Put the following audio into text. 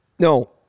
No